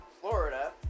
Florida